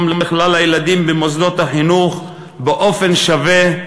לכלל הילדים במוסדות החינוך באופן שווה,